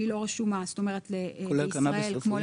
אני לא מאמינה שאני הולכת לשלם 5,000 שקלים וכל